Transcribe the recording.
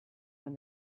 when